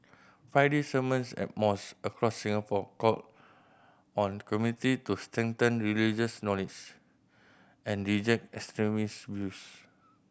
Friday sermons at mos across Singapore called on community to strengthen religious and reject extremist views